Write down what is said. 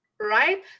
right